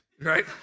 right